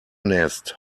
nest